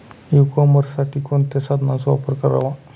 E कॉमर्ससाठी कोणत्या साधनांचा वापर करावा?